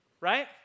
right